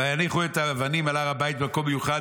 ויניחו את האבנים על הר הבית במקום מיוחד